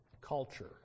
culture